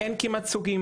אין היום כמעט סוגים.